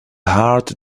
heart